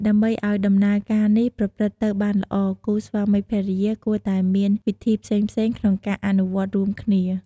ដើម្បីឲ្យដំណើរការនេះប្រព្រឹត្តទៅបានល្អ គូស្វាមីភរិយាគួរតែមានវីធីផ្សេងៗក្នុងការអនុវត្តរួមគ្នា។